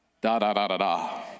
da-da-da-da-da